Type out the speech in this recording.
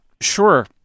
sure